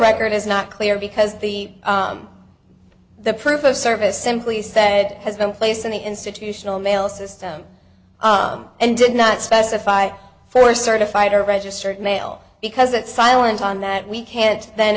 record is not clear because the the proof of service simply said has been placed in the institutional mail system and did not specify for certified or registered mail because it silent on that we can't then